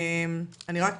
אני רק